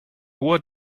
hoher